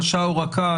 קשה או רכה,